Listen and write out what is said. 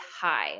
high